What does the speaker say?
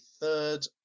third